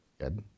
Good